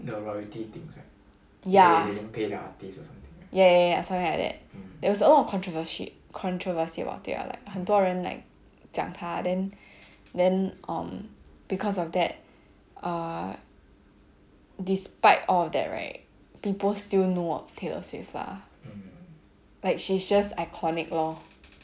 ya ya ya ya something like that there was a lot of controversy controversy about it ah like 很多人 like 讲她 then then um because of that err despite all of that right people still know of taylor swift lah like she she's just iconic lor